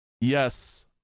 Yes